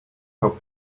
how